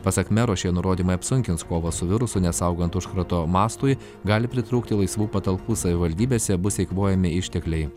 pasak mero šie nurodymai apsunkins kovą su virusu nes augant užkrato mastui gali pritrūkti laisvų patalpų savivaldybėse bus eikvojami ištekliai